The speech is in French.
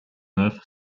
neuf